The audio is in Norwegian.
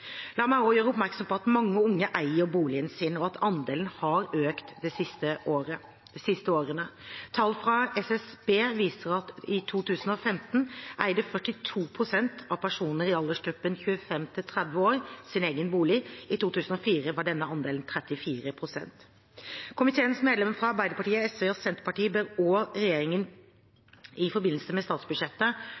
La meg også gjøre oppmerksom på at mange unge eier boligen sin, og at andelen har økt de siste årene. Tall fra SSB viser at i 2015 eide 42 pst. av personene i aldersgruppen 25–30 år sin egen bolig. I 2004 var denne andelen 34 pst. Komiteens medlemmer fra Arbeiderpartiet, SV og Senterpartiet ber også regjeringen i forbindelse med statsbudsjettet